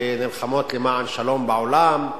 שנלחמות למען שלום בעולם,